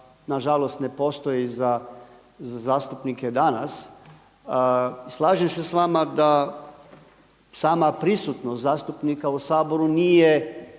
nažalost ne postoji za zastupnike danas. I slažem se s vama da sama prisutnost zastupnika u Saboru nije